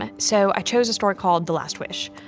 ah so i chose a story called the last wish.